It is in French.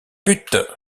but